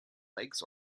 lakes